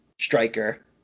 striker